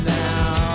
now